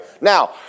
Now